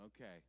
Okay